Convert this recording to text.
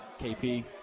KP